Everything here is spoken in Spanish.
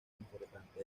importante